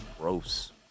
gross